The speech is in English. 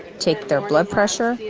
taking their blood pressure,